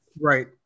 right